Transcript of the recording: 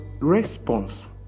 response